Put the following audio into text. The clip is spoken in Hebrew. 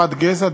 מחמת גזע,